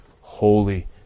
holy